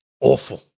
awful